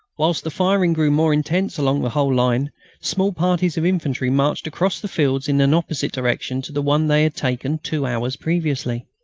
whilst the firing grew more intense along the whole line small parties of infantry marched across the fields in an opposite direction to the one they had taken two hours previously.